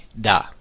da